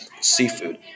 seafood